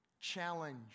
challenge